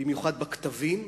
במיוחד בקטבים,